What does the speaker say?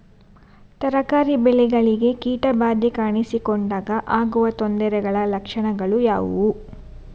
ತರಕಾರಿ ಬೆಳೆಗಳಿಗೆ ಕೀಟ ಬಾಧೆ ಕಾಣಿಸಿಕೊಂಡಾಗ ಆಗುವ ತೊಂದರೆಗಳ ಲಕ್ಷಣಗಳು ಯಾವುವು?